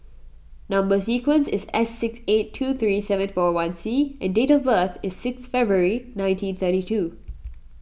Number Sequence is S six eight two three seven four one C and date of birth is six February nineteen thirty two